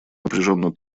напряженно